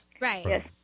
Right